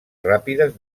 ràpides